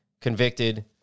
convicted